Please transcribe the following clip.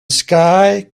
sky